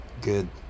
Good